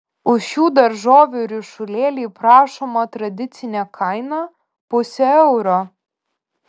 už šių daržovių ryšulėlį prašoma tradicinė kaina pusė euro